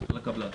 הקבלן.